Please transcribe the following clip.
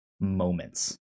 moments